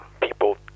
people